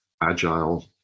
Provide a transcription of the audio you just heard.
Agile